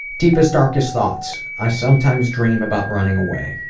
deepest darkest thoughts, i sometimes dream about running away,